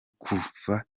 kuva